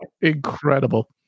incredible